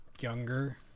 younger